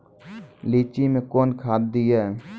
लीची मैं कौन खाद दिए?